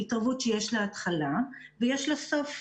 היא התערבות שיש לה התחלה ויש לה סוף.